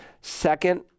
second